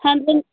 ہٮ۪نٛد وٮ۪نٛد